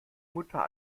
mutter